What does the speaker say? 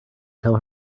tell